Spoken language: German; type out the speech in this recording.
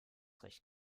recht